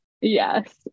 Yes